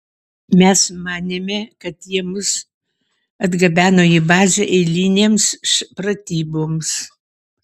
mes manėme kad jie mus atgabeno į bazę eilinėms pratyboms